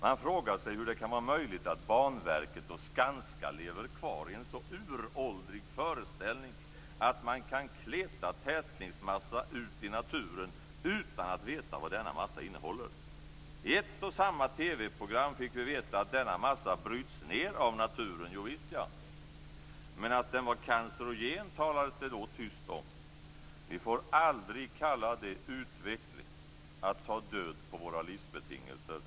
Man frågar sig hur det kan vara möjligt att Banverket och Skanska lever kvar i en så uråldrig föreställning att det går att kleta tätningsmassa ut i naturen utan att veta vad denna massa innehåller. I ett och samma TV-program fick vi veta att denna massa bryts ned av naturen. Jo visst, ja. Men att den är cancerogen talades det tyst om. Vi får aldrig kalla det utveckling att ta död på våra livsbetingelser.